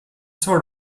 sort